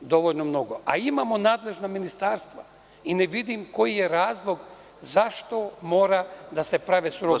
dovoljno mnogo, a imamo nadležna ministarstva i ne vidim koji je razlog zašto moraju da se prave surogati.